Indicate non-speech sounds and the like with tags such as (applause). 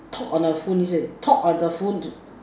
talk on the phone is it talk on the phone (noise)